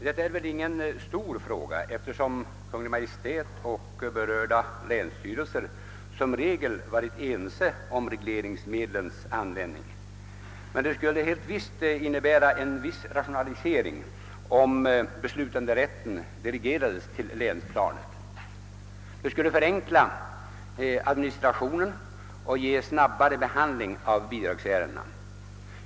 Detta är väl ingen stor fråga, eftersom Kungl. Maj:t och berörda länsstyrelser som regel varit ense om regleringsmedlens användning, men det skulle helt säkert innebära en viss rationalisering om beslutanderätten delegerades till länsplanet. Det skulle förenkla administrationen och ge snabbare behandling av bidragsärendena.